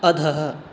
अधः